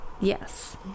Yes